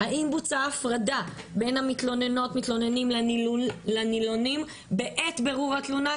האם בוצעה הפרדה בין המתלוננות/מתלוננים לנילונים בעת בירור התלונה,